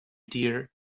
dear